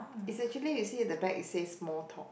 is actually you see the back it says small talk